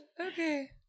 Okay